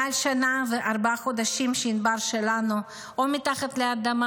מעל שנה וארבעה חודשים שענבר שלנו או מתחת לאדמה,